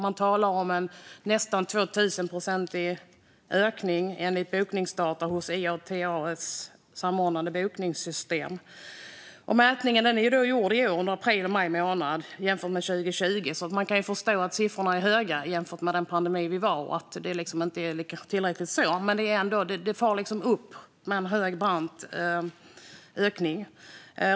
Man talar om en ökning med nästan 2 000 procent, enligt bokningsdata hos IATA:s samordnade bokningssystem. Mätningen är gjord i år under april och maj månad och jämför med 2020. Man kan förstå att siffrorna är höga jämfört med under den pandemi vi var i. Det kanske inte är tillräckligt. Men det far upp med en hög och brant ökning.